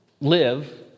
live